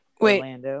Wait